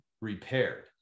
repaired